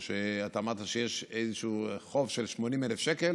או שאתה אמרת שיש איזשהו חוב של 80,000 שקל